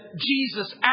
Jesus